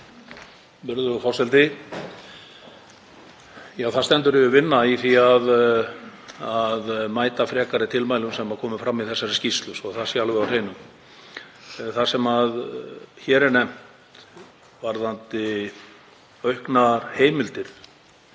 Það stendur yfir vinna í því að mæta frekari tilmælum sem komu fram í þessari skýrslu, svo að það sé alveg á hreinu. Það sem hér er nefnt varðandi auknar heimildir